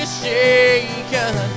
shaken